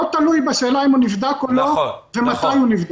תלוי בשאלה אם הוא נבדק או לא ומתי הוא נבדק.